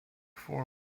four